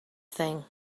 thing